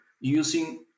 using